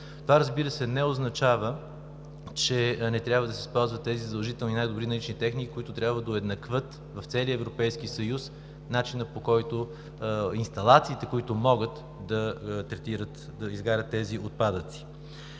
Това, разбира се, не означава, че не трябва да се спазват тези задължителни и най-добри налични техники, които трябва да уеднаквят в целия Европейски съюз начина, по който инсталациите, да могат да третират, да изгарят тези отпадъци.